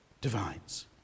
divides